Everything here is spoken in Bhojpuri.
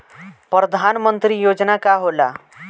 परधान मंतरी योजना का होला?